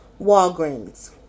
Walgreens